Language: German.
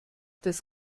das